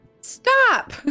Stop